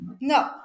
no